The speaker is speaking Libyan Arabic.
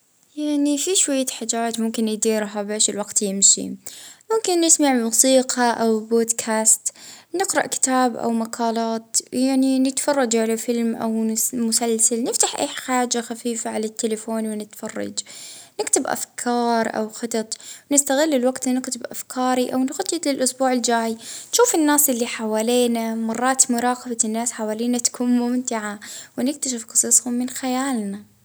اه باهيك اه نجدر مثلا نسمع شوية أغاني ولا بوتكست ممتع ولا حتى نجرا من كتاب من تلفون إذا كان ما في حاجة نبدأ نراقب الناس ونخترع في قصص في مخي كيف يعني حياتهم ماشية وهيكى.